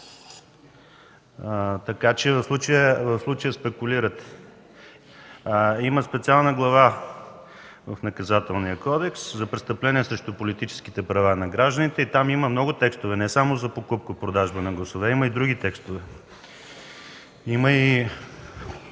глас. В случая спекулирате. Има специална глава в Наказателния кодекс за „Престъпления срещу политическите права на гражданите”. Там има много текстове – не само за покупко-продажба на гласове, а и други текстове. Има още